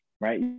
right